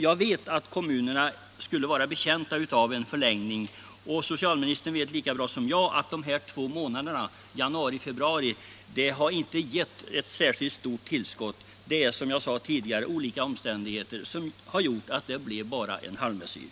Jag vet att kommunerna skulle vara betjänta av en förlängning. Socialministern vet lika bra som jag att förlängningen med två månader — januari och februari — inte har givit något särskilt stort tillskott. Olika omständigheter har, som jag sade tidigare, gjort att det bara blev en halvmesyr.